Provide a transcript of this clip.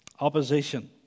Opposition